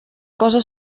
cosa